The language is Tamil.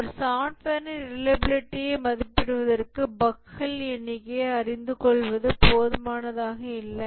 ஒரு சாஃப்ட்வேரின் ரிலையபிலிடியை மதிப்பிடுவதற்கு பஃக்கள் எண்ணிக்கையைை அறிந்து கொள்வது போதுமானதாக இல்லை